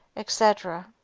etc.